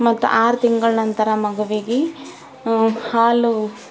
ಮತ್ತು ಆರು ತಿಂಗಳ ನಂತರ ಮಗುವಿಗೆ ಹಾಲು